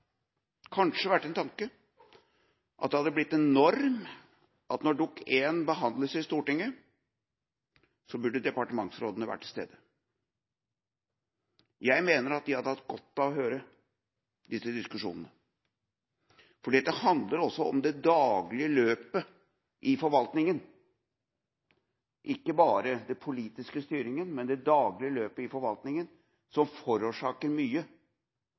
det hadde blitt en norm at når Dokument 1 behandles i Stortinget, var departementsrådene til stede. Jeg mener at de hadde hatt godt av å høre disse diskusjonene, for dette handler også om det daglige løpet i forvaltningen – ikke bare den politiske styringen, men det daglige løpet i forvaltningen, som forårsaker mye